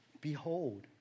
Behold